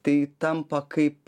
tai tampa kaip